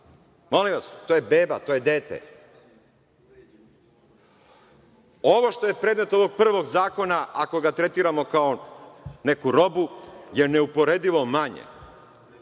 Molim vas, to je beba, to je dete. Ovo što je predmet ovog prvog zakona, ako ga tretiramo kao neku robu, je neuporedivo manje